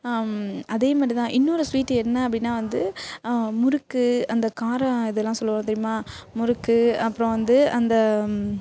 அதே மாதிரி தான் இன்னொரு ஸ்வீட்டு என்ன அப்படினா வந்து முறுக்கு அந்த காரம் இதெலாம் சொல்வாக தெரியுமா முறுக்கு அப்புறம் வந்து அந்த